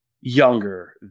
younger